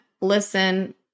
listen